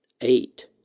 Eight